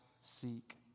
seek